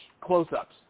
close-ups